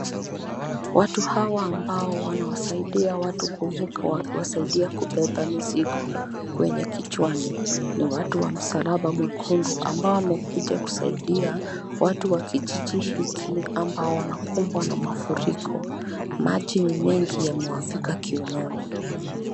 Watu hawa ambao wanawasaidia watu kuvuka wakiwasaidia kubeba mizigo kwenye kichwani. Ni watu wa msalaba mwekundu ambao wamekuja kusaidia watu wa kijiji hiki ambao wanakumbwa na mafuriko. Maji ni mengi yamewafika kiunoni.